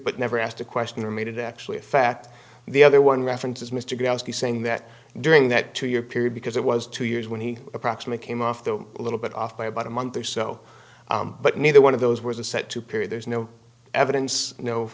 but never asked a question or made it actually a fact the other one references mr grassley saying that during that two year period because it was two years when he approximate came off though a little bit off by about a month or so but neither one of those was a set to period there's no evidence no